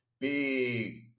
Big